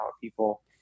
people